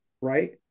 Right